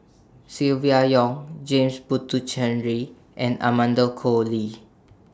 Silvia Yong James Puthucheary and Amanda Koe Lee